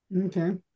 Okay